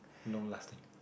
long lasting